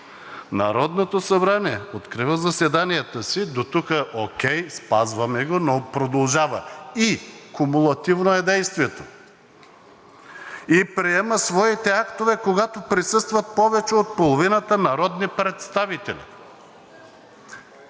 „Народното събрание открива заседанията си...“ Дотук добре, спазваме го, но продължава – комулативно е действието: „…и приема своите актове, когато присъстват повече от половината народни представители“.